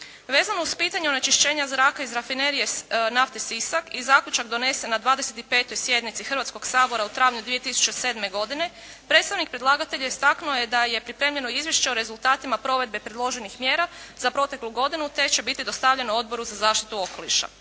Vezano uz pitanje onečišćenja zraka iz Rafinerije nafte Sisak i zaključak donesen na 25. sjednici Hrvatskog sabora u travnju 2007. godine, predstavnik predlagatelja istaknuo je da je pripremljeno izvješće o rezultatima provedbe predloženih mjera za proteklu godinu, te će biti dostavljeno Odboru za zaštitu okoliša.